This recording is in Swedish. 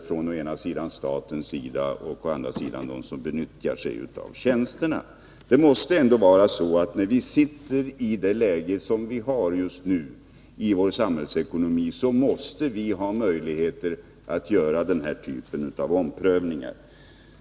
Det gäller å ena sidan ett av staten fastlagt belopp och å andra sidan de inkomster som baserar sig på vad man får från dem som utnyttjar tjänsterna. När vi befinner oss i dagens samhällsekonomiska läge måste vi kunna göra denna typ av omprövning.